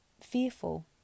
fearful